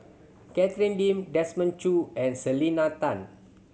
Catherine Lim Desmond Choo and Selena Tan